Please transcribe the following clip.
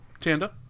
Tanda